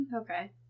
Okay